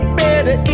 better